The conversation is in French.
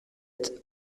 tête